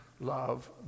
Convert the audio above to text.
love